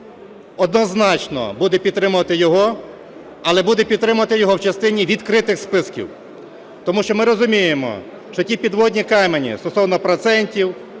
однозначно буде підтримувати його, але буде підтримувати його в частині відкритих списків. Тому що ми розуміємо, що ті "підводні камені" стосовно процентів,